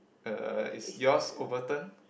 uh is yours overturned